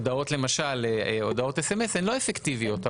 אפקטיביות.